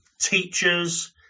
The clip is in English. Teachers